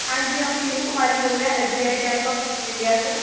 हाँ जी हम पीहू कुमारी बोल रहे हैं S B I bank of India से